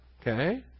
okay